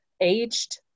aged